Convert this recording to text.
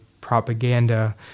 propaganda